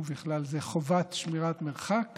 ובכלל זה חובת שמירת מרחק